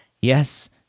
Yes